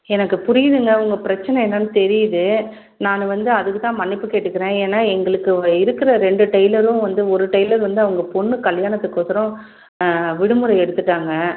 எனக்கு புரியுதுங்க உங்கள் பிரச்சனை என்னன்னு தெரியுது நான் வந்து அதுக்குத்தான் மன்னிப்பு கேட்டுக்கிறேன் ஏனால் எங்களுக்கு இருக்கிற ரெண்டு டெய்லரும் வந்து ஒரு டெய்லர் வந்து அவங்க பெண்ணு கல்யாணத்துக்கொசரம் விடுமுறை எடுத்துவிட்டாங்க